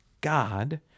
God